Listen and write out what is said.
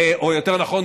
או יותר נכון,